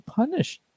punished